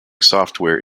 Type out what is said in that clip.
software